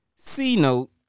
c-note